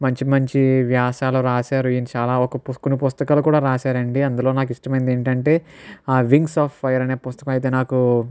మంచి మంచి వ్యాసాలు రాశారు ఈయన చాలా ఒక కొన్ని పుస్తకాలు కూడా రాశారండి అందులో నాకు ఇష్టమైనది ఏంటంటే వింగ్స్ ఆఫ్ ఫైర్ అనే పుస్తకం అయితే నాకు